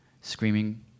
screaming